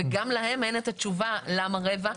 וגם להם אין תשובה למה רבע.